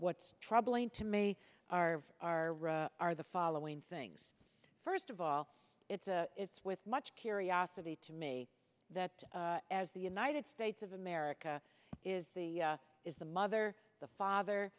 what's troubling to me are are are the following things first of all it's a it's with much curiosity to me that as the united states of america is the is the mother the father